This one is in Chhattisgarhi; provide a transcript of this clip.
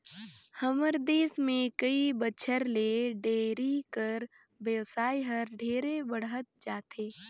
हमर देस में कई बच्छर ले डेयरी कर बेवसाय हर ढेरे बढ़हत जाथे